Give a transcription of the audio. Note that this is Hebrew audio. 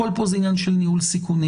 הכול כאן זה עניין של ניהול סיכונים.